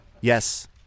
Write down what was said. yes